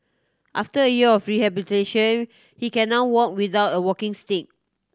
after a year of rehabilitation he can now walk without a walking stick